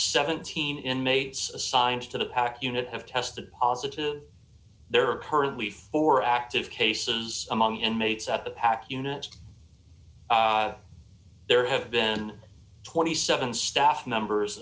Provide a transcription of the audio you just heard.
seventeen inmates assigned to the pack unit have tested positive there are currently four active cases among inmates at the pac unit there have been twenty seven staff members